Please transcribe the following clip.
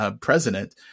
president